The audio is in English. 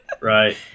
Right